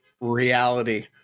reality